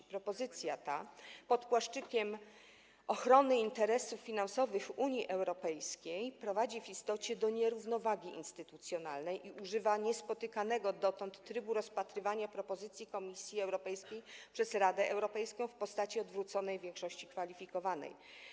Ta propozycja pod płaszczykiem ochrony interesów finansowych Unii Europejskiej prowadzi w istocie do nierównowagi instytucjonalnej i używa niespotykanego dotąd trybu rozpatrywania propozycji Komisji Europejskiej przez Radę Europejską w postaci odwróconej większości kwalifikowanej.